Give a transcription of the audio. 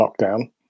lockdown